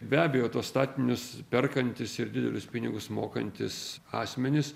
be abejo tuos statinius perkantys ir didelius pinigus mokantys asmenys